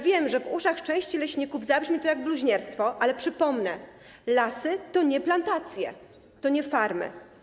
Wiem, że w uszach części leśników zabrzmi to jak bluźnierstwo, ale przypomnę: lasy to nie plantacje, to nie farmy.